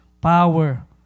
power